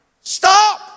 Stop